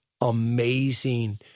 amazing